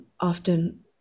often